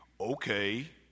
okay